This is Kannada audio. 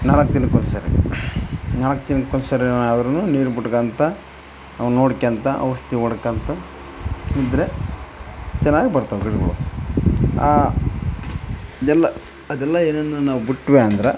ನಾಲ್ಕು ದಿನಕ್ಕೆ ಒಂದ್ಸಲ ನಾಲ್ಕು ದಿನಕ್ಕೆ ಒಂದು ಸಲವಾದ್ರೂ ನೀರು ಬಿಟ್ಗೊಳ್ತ ಅವು ನೋಡ್ಕೋಳ್ತ ಔಷ್ಧಿ ಹೊಡ್ಕೊಳ್ತ ಇದ್ರೆ ಚೆನ್ನಾಗಿ ಬರ್ತಾವೆ ಗಿಡ್ಗಳು ಅದೆಲ್ಲ ಅದೆಲ್ಲ ಏನಾನ ನಾವು ಬಿಟ್ವಿ ಅಂದ್ರೆ